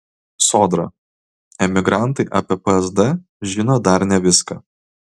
sodra emigrantai apie psd žino dar ne viską